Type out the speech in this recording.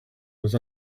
was